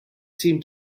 seem